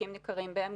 חלקים ניכרים מהם,